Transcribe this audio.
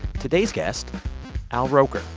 today's guest al roker.